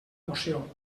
moció